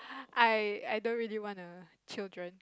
I I don't really want a children